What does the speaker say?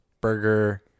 Burger